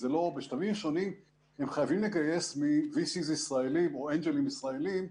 בשלבים שונים הם חייבים לגייס מ-VCs או אנג'לים ישראלים.